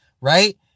Right